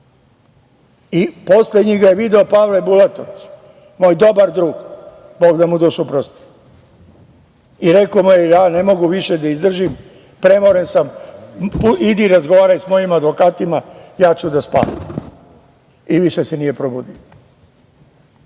Poslednji ga je video Pavle Bulatović, moj dobar drug, Bog da mu dušu prosti. Rekao mu je ja ne mogu više da izdržim, premoren sam, idi razgovaraj sa mojim advokatima, ja ću da spavam i više se nije probudio.